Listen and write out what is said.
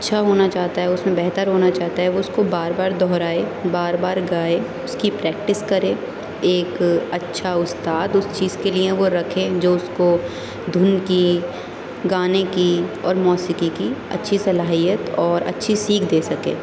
اچھا ہونا چاہتا ہے اس میں بہتر ہونا چاہتا ہے وہ اس کو بار بار دہرائے بار بار گائے اس کی پریکٹس کرے ایک اچھا استاد اس چیز کے لیے وہ رکھے جو اس کو دھن کی گانے کی اور موسیقی کی اچھی صلاحیت اور اچھی سیکھ دے سکے